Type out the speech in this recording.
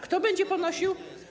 Kto będzie ponosił.